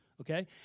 Okay